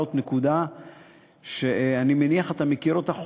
להעלות נקודה שאני מניח שאתה מכיר אותה,